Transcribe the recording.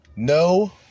No